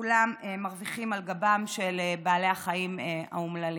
וכולם מרוויחים על גבם של בעלי החיים האומללים.